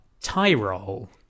Tyrol